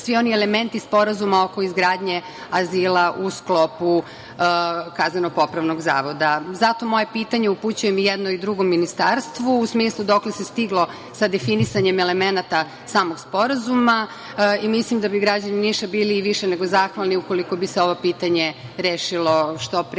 svi oni elementi Sporazuma oko izgradnje azila u sklopu kazneno-popravnog zavoda. Moje pitanje upućujem i jednom i drugom ministarstvu, a u smislu – dokle se stiglo sa definisanjem elemenata samog Sporazuma? Mislim da bi građani Niša bili više nego zadovoljni ukoliko bi se ovo pitanje rešilo što pre, jer